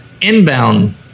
inbound